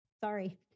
sorry